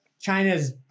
China's